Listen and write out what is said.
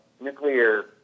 nuclear